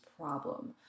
problem